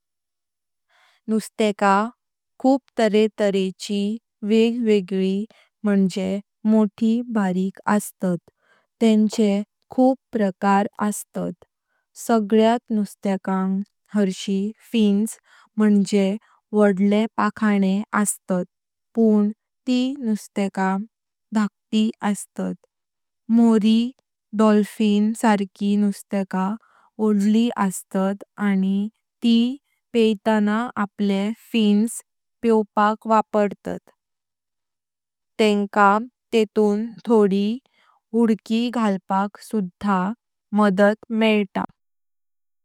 नुस्त्याका खूप तरे तरेची वेग वेगळी म्हणजे मोठी बारिक अस्तात। तेंचें खूप प्रकार असता। सगळ्यात नुस्त्यकांग हर्षी फिन्स म्हणजे मोठले पाखाणे अस्तात पण ती नुस्त्याका धटकी अस्तात। मोरी, डॉल्फिन सर्की दुस्त्यका मोठली अस्तात आणि ती पायताना आपले फिन्स पेवपाक वापर्तत तेंका तेतुंन थोड़ी जंप घालपाक सुधा बडत मेइता।